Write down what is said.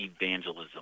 evangelism